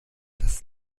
das